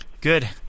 Good